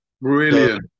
Brilliant